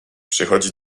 przychodzi